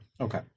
Okay